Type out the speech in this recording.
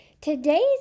today's